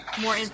more